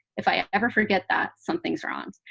if i ever forget that, something's wrong.